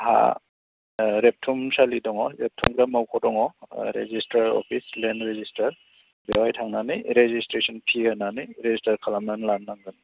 हा रेबथुमसालि दङ रेबथुमग्रा मावख' दङ रेजिस्टार अफिस लेण्ड रेजिस्टार बेवहाय थांनानै रेजिस्ट्रेसन फि होनानै रेजिस्टार खालामनानै लानांगोन